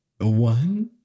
One